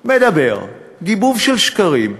מדבר, גיבוב של שקרים,